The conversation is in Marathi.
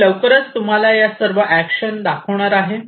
तर मी लवकरच तुम्हाला या सर्व एक्शन दाखवणार आहे